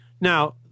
Now